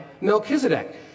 Melchizedek